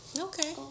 Okay